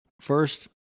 First